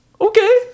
Okay